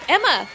Emma